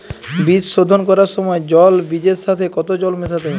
বীজ শোধন করার সময় জল বীজের সাথে কতো জল মেশাতে হবে?